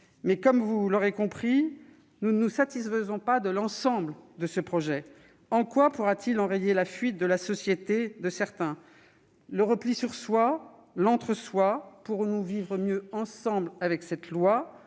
Mais, comme vous l'aurez compris, nous ne nous satisfaisons pas de l'ensemble de ce projet. En quoi pourra-t-il enrayer la fuite hors de la société de certains, le repli sur soi, l'entre-soi ? Pourrons-nous mieux vivre ensemble quand il